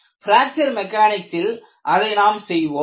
fracture மெக்கானிக்ஸில் அதை நாம் செய்வோம்